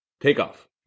takeoff